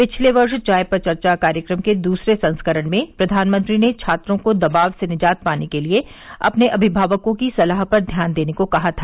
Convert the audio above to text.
पिछले वर्ष चाय पर चर्चा कार्यक्रम के दूसरे संस्करण में प्रधानमंत्री ने छात्रों को दबाव से निजात पाने के लिए अपने अमिभावकों की सलाह पर ध्यान देने को कहा था